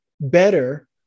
better